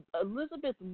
Elizabeth